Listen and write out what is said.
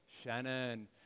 Shannon